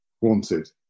wanted